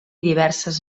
diverses